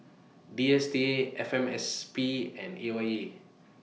D S T A F M S P and A Y E